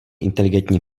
inteligentní